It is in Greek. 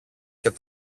και